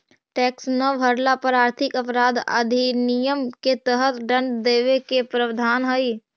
tax न भरला पर आर्थिक अपराध अधिनियम के तहत दंड देवे के प्रावधान हई